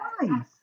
Nice